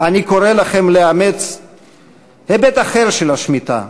אני קורא לכם לאמץ היבט אחר של השמיטה,